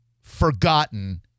forgotten